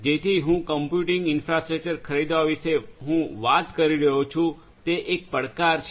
જેથી હું computing infrastructure ખરીદવા વિશે હું વાત કરી રહ્યો છું તે એક પડકાર છે